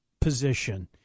position